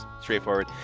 straightforward